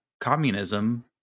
communism